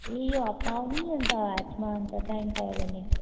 ए यो हप्ता आउनु नि अन्त हाटमा अन्त टाइम पायो भने